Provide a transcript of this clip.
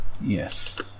Yes